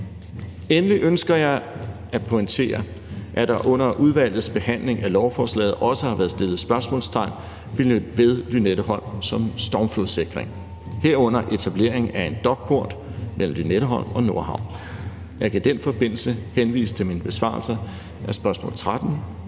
Endelig ønsker jeg at pointere, at der under udvalgets behandling af lovforslaget også har været sat spørgsmålstegn ved Lynetteholm som stormflodssikring, herunder etablering af en dokport mellem Lynetteholm og Nordhavn. Jeg kan i den forbindelse henvise til mine besvarelser af spørgsmål nr.